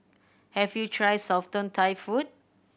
have you tried Southern Thai food